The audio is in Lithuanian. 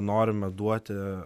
norime duoti